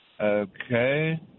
Okay